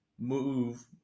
move